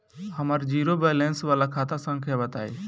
हमर zero balance वाला खाता संख्या बताई?